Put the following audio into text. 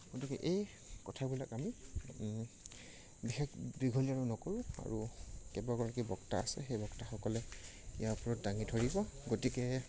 গতিকে এই কথাবিলাক আমি বিশেষ দীঘলীয়া আৰু নকৰোঁ আৰু কেইবাগৰাকী বক্তা আছে সেই বক্তাসকলে ইয়াৰ ওপৰত দাঙি ধৰিব গতিকে